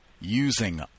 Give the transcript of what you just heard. Using